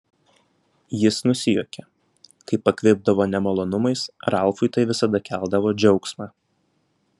jis nusijuokė kai pakvipdavo nemalonumais ralfui tai visada keldavo džiaugsmą